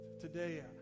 Today